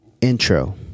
Intro